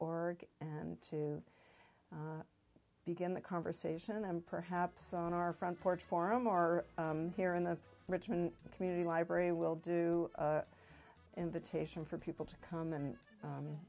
org and to begin the conversation and perhaps on our front porch forum or here in the richmond community library we'll do a invitation for people to come and